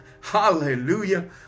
Hallelujah